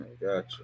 Gotcha